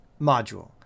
module